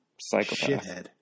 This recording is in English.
psychopath